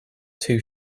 two